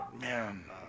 man